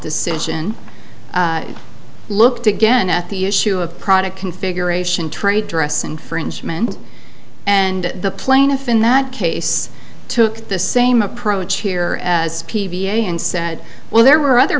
decision looked again at the issue of product configuration trade dress infringement and the plaintiff in that case took the same approach here as p v a and said well there were other